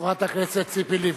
חברת הכנסת ציפי לבני.